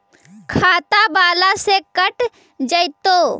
खाता बाला से कट जयतैय?